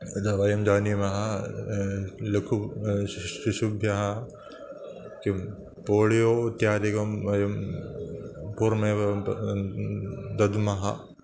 यदा वयं जानीमः लघु शिशु शिशुभ्यः किं पोळियो इत्यादिकं वयं पूर्वमेव दद्मः